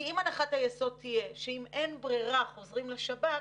כי אם הנחת היסוד תהיה שאם אין ברירה חוזרים לשב"כ,